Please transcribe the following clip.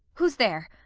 who's there?